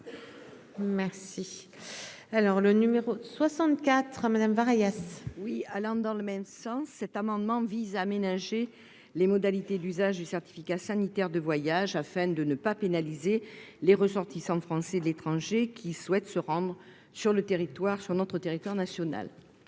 Merci. Alors le numéro 64 Madame Vargas oui allant dans le même sens. Cet amendement vise à aménager les modalités, l'usage du certificat sanitaire de voyage afin de ne pas pénaliser les ressortissants français de l'étranger qui souhaitent se rendre sur le territoire sur notre territoire national.